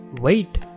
wait